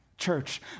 church